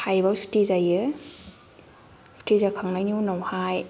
five आव सुथि जायो सुथि जाखांनायनि उनावहाय